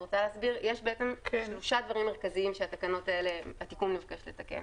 יש שלושה דברים מרכזיים שהתיקון מבקש לתקן.